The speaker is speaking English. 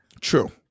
True